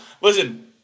Listen